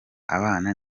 abana